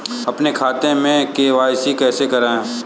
अपने खाते में के.वाई.सी कैसे कराएँ?